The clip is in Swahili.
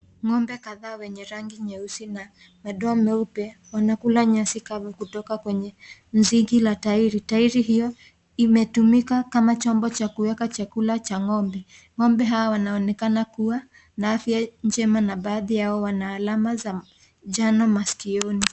Ng'ombe kadhaa wenye rangi nyeusi na madoa nyeupe wanakula nyasi kavu kutoka kwenye nzigi la tairi, tairi hiyo imetumika kama chombo cha kuweka chakula cha ng'ombe , ng'ombe hawa wanaonekana kuwa na afya njema na baadhi yao wana alama za njano maskioni.